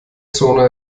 zone